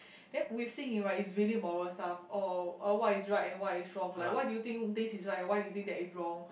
then with Xin-Ying it's really moral stuff oh oh what is right and what is wrong like what do you think this is right and what do you think that is wrong